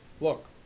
look